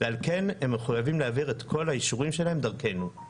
ועל כן הם מחויבים להעביר את כל האישורים שלהם דרכנו.